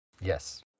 Yes